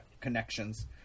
connections